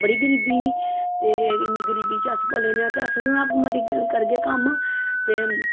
बड़ी गरीबी ही ते इन्नी गरीबी च अस पले न ते अस बी हून मती करगे कम्म ते